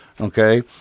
Okay